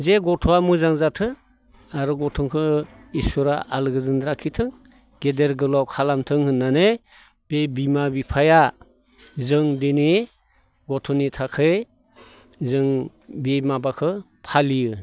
जे गथ'आ मोजां जाथो आरो गथ'खो इसोरा आलो गोजोनै लाखिथों गेदेर गोलाव खालामथों होननानै बे बिमा बिफाया जों दिनै गथ'नि थाखाय जों बे माबाखो फालियो